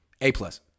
A-plus